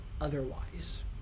otherwise